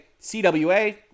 CWA